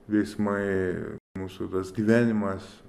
veiksmai mūsų tas gyvenimas